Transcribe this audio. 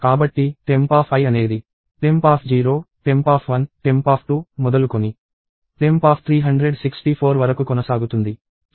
కాబట్టి tempi అనేది temp0 temp1 temp2 మొదలుకొని temp364 వరకు కొనసాగుతుంది